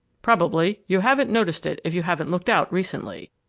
probably you haven't noticed it, if you haven't looked out recently.